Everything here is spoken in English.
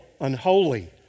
unholy